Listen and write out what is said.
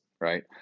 right